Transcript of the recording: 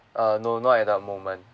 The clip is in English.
uh no not at the moment